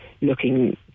looking